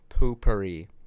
Poopery